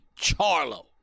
Charlo